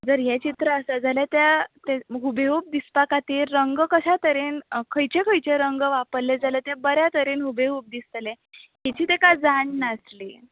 जर हें चित्र आसा जाल्यार त्या हुबेहुब दिसपा खातीर रंग कशे तरेन खंयचे खंयचे रंग वापरले जाल्यार ते बऱ्या तरेन हुबेहूब दिसतले हाची ताका जाण नासली